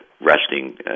resting